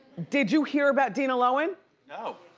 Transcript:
did you hear about dina lohan? no.